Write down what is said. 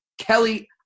Kelly